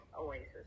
oasis